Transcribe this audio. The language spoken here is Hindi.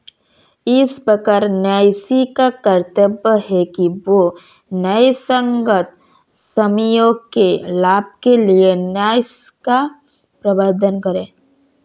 इस प्रकार न्यासी का कर्तव्य है कि वह न्यायसंगत स्वामियों के लाभ के लिए न्यास का प्रबंधन करे